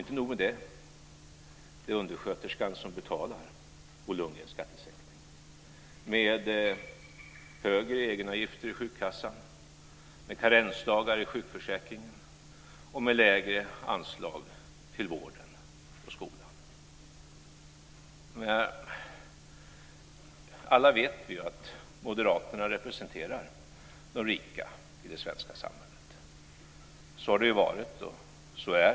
Inte nog med det, det är undersköterskan som betalar Bo Lundgrens skattesänkning, med högre egenavgifter till sjukkassan, karensdagar i sjukförsäkringen och lägre anslag till vården och skolan. Vi vet alla att moderaterna representerar de rika i det svenska samhället. Så har det varit och så är det.